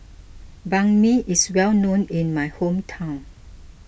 Banh Mi is well known in my hometown